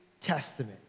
Testament